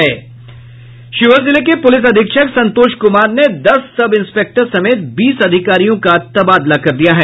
शिवहर जिले के पुलिस अधीक्षक संतोष कुमार ने दस सब इंस्पेक्टर समेत बीस अधिकारियों का तबादला कर दिया है